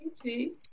Okay